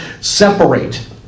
separate